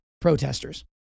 protesters